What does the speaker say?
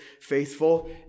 faithful